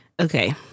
Okay